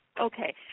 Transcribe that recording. Okay